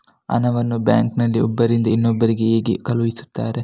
ಹಣವನ್ನು ಬ್ಯಾಂಕ್ ನಲ್ಲಿ ಒಬ್ಬರಿಂದ ಇನ್ನೊಬ್ಬರಿಗೆ ಹೇಗೆ ಕಳುಹಿಸುತ್ತಾರೆ?